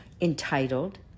entitled